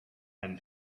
and